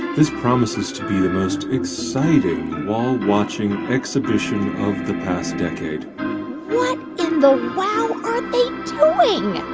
this promises to be the most exciting wall-watching exhibition of the past decade what in the wow are they doing?